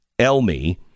Elmi